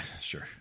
Sure